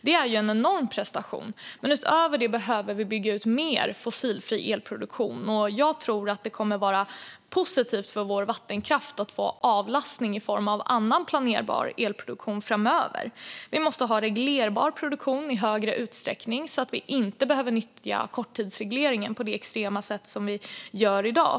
Det är ju en enorm prestation. Men utöver detta behöver vi bygga ut mer fossilfri elproduktion. Jag tror att det kommer att vara positivt för vår vattenkraft att få avlastning i form av annan planerbar elproduktion framöver. Vi måste ha reglerbar produktion i större utsträckning, så att vi inte behöver nyttja korttidsregleringen på det extrema sätt som vi gör i dag.